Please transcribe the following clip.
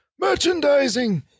Merchandising